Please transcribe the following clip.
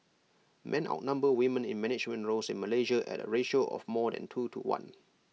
men outnumber women in management roles in Malaysia at A ratio of more than two to one